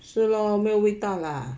是咯没有味道啦